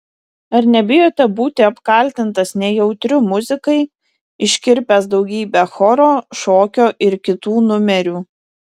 ar nebijote būti apkaltintas nejautriu muzikai iškirpęs daugybę choro šokio ir kitų numerių